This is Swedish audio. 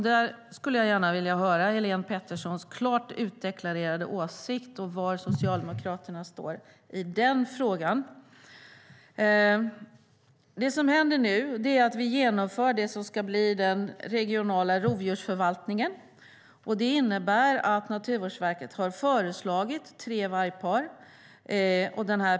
Då skulle jag gärna vilja höra Helén Petterssons klart uttalade åsikt om var Socialdemokraterna står i den frågan. Det som händer nu är att vi genomför det som ska bli den regionala rovdjursförvaltningen. Det innebär att Naturvårdsverket har föreslagit tre vargpar.